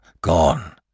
gone